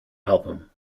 album